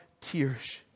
tears